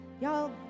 Y'all